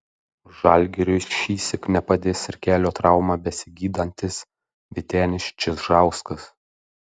žalgiriui šįsyk nepadės ir kelio traumą besigydantis vytenis čižauskas